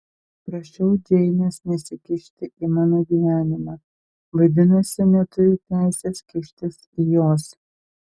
prašiau džeinės nesikišti į mano gyvenimą vadinasi neturiu teisės kištis į jos